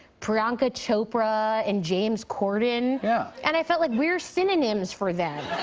priyanka chopra and james corden. yeah. and i felt like we're synonyms for them.